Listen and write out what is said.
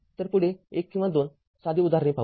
तर पुढे १ किंवा २ साधी उदाहरणे घेऊ